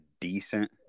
decent